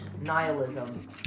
Nihilism